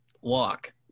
walk